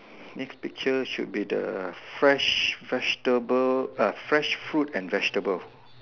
next picture should be the fresh vegetable fresh fruit and vegetable